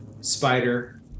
spider